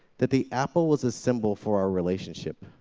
that the apple was a symbol for our relationship.